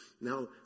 now